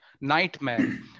nightmare